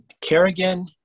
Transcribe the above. kerrigan